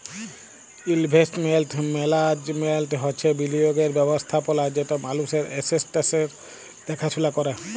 investment management হছে বিলিয়গের ব্যবস্থাপলা যেট মালুসের এসেট্সের দ্যাখাশুলা ক্যরে